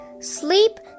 Sleep